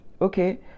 Okay